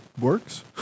works